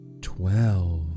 twelve